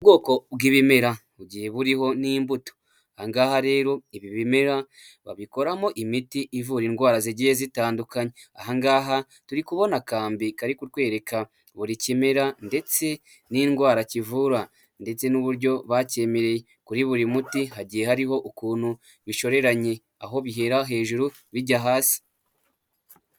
Ubwoko bw'ibimera, mu gihe buriho n'imbuto, angaha rero ibi bimera babikoramo imiti ivura indwara zigiye zitandukanye, ahangaha turi kubona akambi kari kutwereka buri kimera, ndetse n'indwara kivura, ndetse n'uburyo bacyemereye, kuri buri muti hagiye hariho ukuntu bishoreranye, aho bihera hejuru bijya hasi.